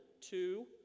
two